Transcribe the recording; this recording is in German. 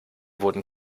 wurden